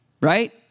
Right